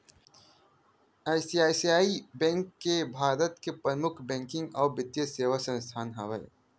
ICICI bank Bharat के परमुख banking अउ बित्तीय सेवा संस्थान हवय